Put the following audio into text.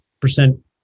Percent